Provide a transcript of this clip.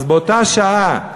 אז באותה שעה,